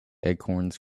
acorns